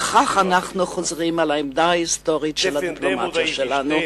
וכך אנחנו חוזרים על העמדה ההיסטורית של הדיפלומטיה שלנו: